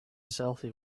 selfie